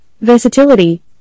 versatility